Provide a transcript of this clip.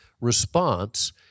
response